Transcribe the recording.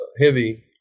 heavy